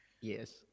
Yes